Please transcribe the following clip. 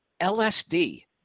LSD